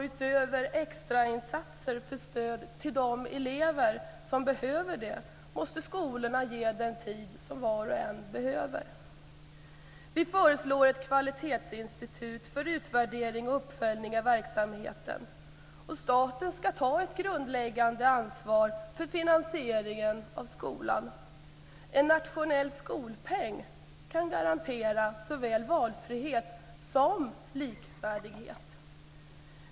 Utöver extrainsatser för stöd till de elever som behöver det, måste skolorna ge den tid som var och en behöver. Vi föreslår ett kvalitetsinstitut för utvärdering och uppföljning av verksamheten. Staten skall ta ett grundläggande ansvar för finansieringen av skolan. En nationell skolpeng kan garantera såväl valfrihet som likvärdighet.